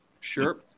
Sure